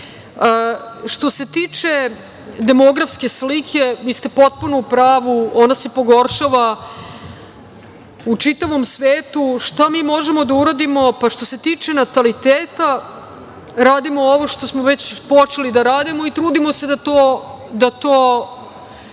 se tiče demografske slike, vi ste potpuno u pravu, ona se pogoršava u čitavom svetu, šta mi možemo da uradimo? Pa, što se tiče nataliteta radimo ovo što smo već počeli da radimo i trudimo se da to